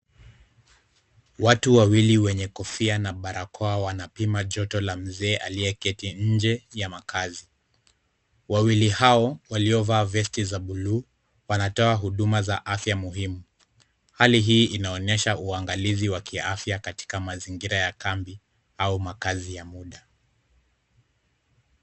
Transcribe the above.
Watu wawili wenye kofia na barakoa wanapima joto la mzee aliyeketi nje ya makaazi . Wawili hao waliovaa vesti za buluu wanatoa huduma za afya muhimu. Hali hii inaonyesha uangalizi wa kiafya katika mazingira ya kambi au makaazi ya muda.